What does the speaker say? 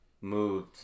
moved